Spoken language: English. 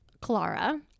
Clara